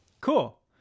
Cool